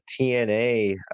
tna